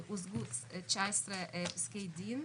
הושגו 19 פסקי דין,